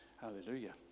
Hallelujah